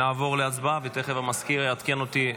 אנחנו נעבור להצבעה, ותכף המזכיר יעדכן אותי.